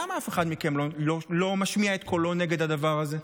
למה אף אחד מכם לא משמיע את קולו נגד הדבר הזה?